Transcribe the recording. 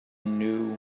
knew